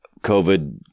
COVID